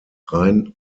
rein